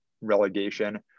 relegation